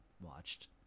watched